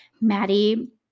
Maddie